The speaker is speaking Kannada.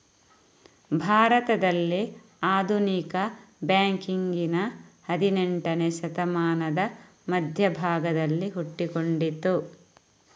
ಭಾರತದಲ್ಲಿ ಆಧುನಿಕ ಬ್ಯಾಂಕಿಂಗಿನ ಹದಿನೇಂಟನೇ ಶತಮಾನದ ಮಧ್ಯ ಭಾಗದಲ್ಲಿ ಹುಟ್ಟಿಕೊಂಡಿತು